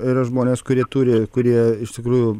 yra žmonės kurie turi kurie iš tikrųjų